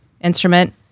instrument